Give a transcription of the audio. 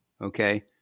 okay